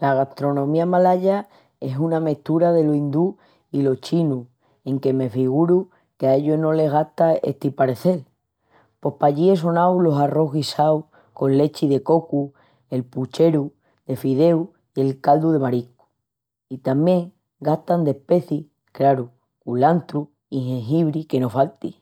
La gastronomía malaya es una mestura delo indiu i lo chinu enque me figuru que a ellus no les gusta esti parecel. Pos pallí es sonau l'arrós guisau con lechi de cocu, el pucheru de fideu i el caldu de mariscu. I tamién gastan d'especis, craru, culantru i gengibri que no falti.